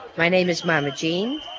my name is mama jean.